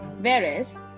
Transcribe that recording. whereas